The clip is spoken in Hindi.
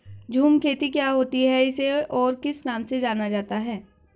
झूम खेती क्या होती है इसे और किस नाम से जाना जाता है?